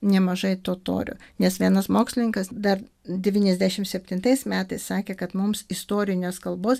nemažai totorių nes vienas mokslininkas dar devyniasdešimt septintais metais sakė kad mums istorinės kalbos